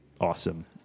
awesome